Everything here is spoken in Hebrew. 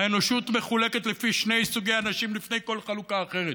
והאנושות מחולקת לפי שני סוגי אנשים לפני כל חלוקה אחרת,